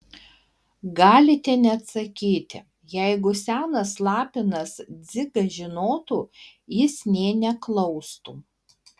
galite neatsakyti jeigu senas lapinas dzigas žinotų jis nė neklaustų